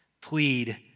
Plead